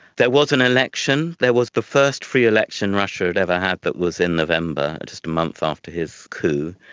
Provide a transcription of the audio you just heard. there was an election, there was the first free election russia had ever had that was in november, just a month after his coup,